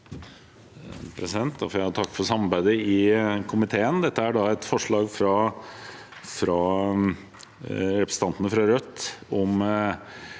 takke for samarbeidet i komiteen. Dette er et forslag fra representantene fra Rødt om